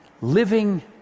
living